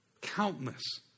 countless